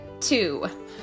two